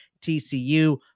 TCU